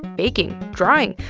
baking, drawing,